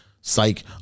Psych